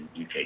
UK